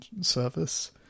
service